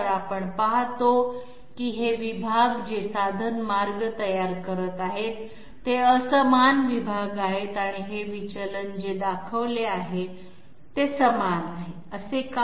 तर आपण पाहतो की हे विभाग जे साधन मार्ग तयार करत आहेत ते असमान विभाग आहेत आणि हे विचलन जे दाखवले आहेत ते समान आहेत असे का